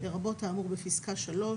לרבות האמור בפסקה (3),